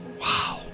Wow